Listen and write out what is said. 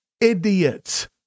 idiots